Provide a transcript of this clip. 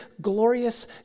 glorious